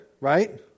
right